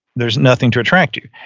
there's nothing to attract you.